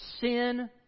Sin